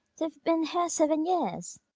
they've been here seven years.